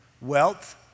wealth